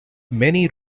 many